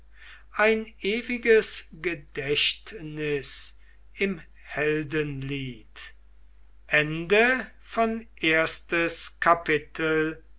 ein ewiges gedächtnis im heldenlied kapitel